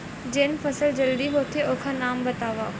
जेन फसल जल्दी होथे ओखर नाम बतावव?